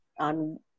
on